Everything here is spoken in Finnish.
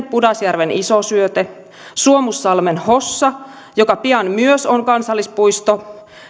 pudasjärven iso syöte suomussalmen hossa joka pian myös on kansallispuisto